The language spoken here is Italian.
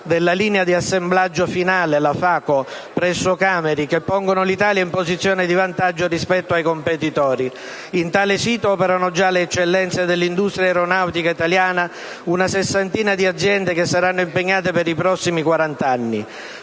della linea di assemblaggio finale (FACO), presso Cameri, che pongono l'Italia in posizione di vantaggio rispetto ai competitori. In tale sito operano già le eccellenze dell'industria aeronautica italiana, una sessantina di aziende che saranno impegnate per i prossimi 40 anni.